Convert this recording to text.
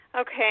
Okay